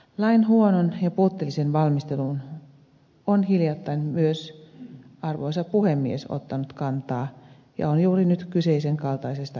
lain huonoon ja puutteelliseen valmisteluun on hiljattain myös arvoisa puhemies ottanut kantaa ja on juuri nyt kyseisen kaltaisesta esityksestä kysymys